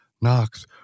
Knox